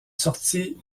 sorti